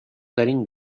دارین